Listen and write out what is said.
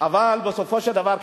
בסופו של דבר,